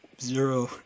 zero